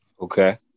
Okay